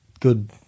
Good